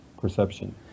perception